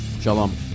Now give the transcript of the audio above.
Shalom